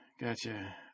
Gotcha